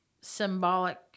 symbolic